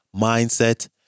Mindset